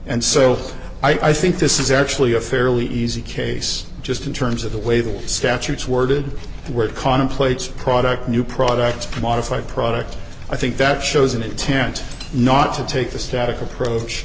and so i think this is actually a fairly easy case just in terms of the way the statutes worded where it contemplates product new products modify product i think that shows an intent not to take the static approach